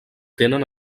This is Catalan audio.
tenen